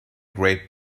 great